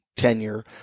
Tenure